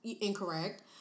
incorrect